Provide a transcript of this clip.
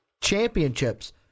championships